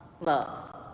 Love